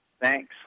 thanks